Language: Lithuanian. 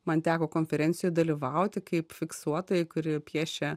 man teko konferencijoj dalyvauti kaip fiksuotojai kuri piešia